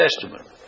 Testament